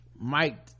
mike